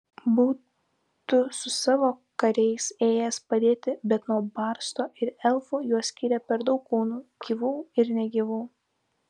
būtų su savo kariais ėjęs padėti bet nuo barsto ir elfų juos skyrė per daug kūnų gyvų ir negyvų